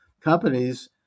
companies